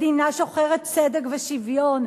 מדינה שוחרת צדק ושוויון.